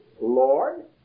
lord